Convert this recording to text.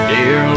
Dear